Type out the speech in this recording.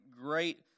great